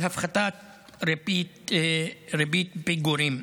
על הפחתת ריבית פיגורים.